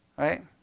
Right